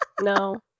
No